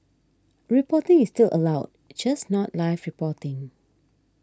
reporting is still allowed just not live reporting